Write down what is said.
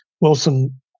Wilson